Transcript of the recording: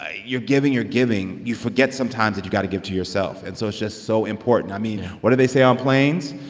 ah you're giving, you're giving, you forget sometimes that you got to give to yourself. and so it's just so important i mean, what do they say on planes?